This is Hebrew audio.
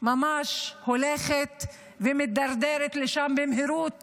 מדינת ישראל ממש הולכת ומידרדרת לשם במהירות